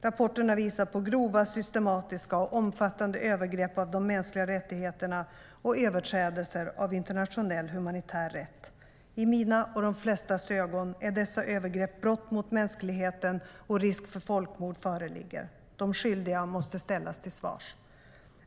Rapporterna visar på grova, systematiska och omfattande övergrepp av de mänskliga rättigheterna och överträdelser av internationell humanitär rätt. I mina och de flestas ögon är dessa övergrepp brott mot mänskligheten, och risk för folkmord föreligger. De skyldiga måste ställas till svars.